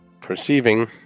perceiving